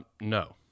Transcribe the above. no